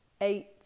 eight